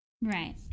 Right